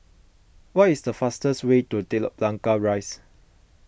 what is the fastest way to Telok Blangah Rise